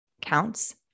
counts